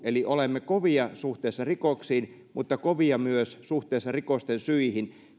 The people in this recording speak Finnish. eli olemme kovia suhteessa rikoksiin mutta kovia myös suhteessa rikosten syihin